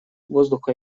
воздуха